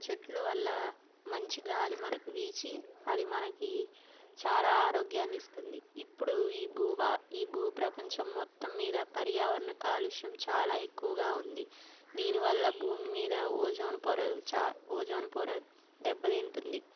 చెట్ల వల్ల మంచి గాలి మనకి వీచి అది మనకి చాలా ఆరోగ్యాన్ని ఇస్తుంది ఇప్పుడు ఈ భూభా ఈ భూ ప్రపంచం మొత్తం మీద పర్యావరణ కాలుష్యం చాలా ఎక్కువగా ఉంది దీనివల్ల భూమి మీద ఓజోన్ పొర చ ఓజోన్ పొర దెబ్బతింటుంది